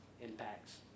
impacts